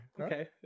Okay